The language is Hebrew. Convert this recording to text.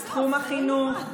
בתחום החינוך,